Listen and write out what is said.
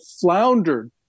floundered